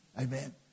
Amen